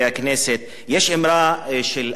יש אמרה של אלברט איינשטיין,